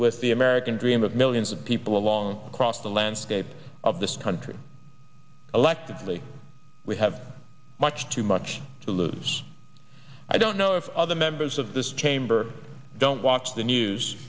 with the american dream of millions of people along cross the landscape of this country electively we have much too much to lose i don't know if other members of this chamber don't watch the news